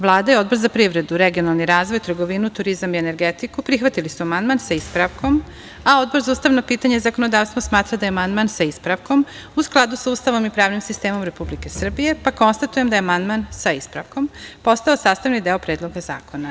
Vlada i Odbor za privredu, regionalni razvoj, trgovinu, turizam i energetiku prihvatili su amandman sa ispravkom, a Odbor za ustavna pitanja i zakonodavstvo smatra da je amandman, sa ispravkom, u skladu sa Ustavom i pravnim sistemom Republike Srbije, pa konstatujem da je amandman, sa ispravkom, postao sastavni deo Predloga zakona.